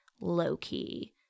low-key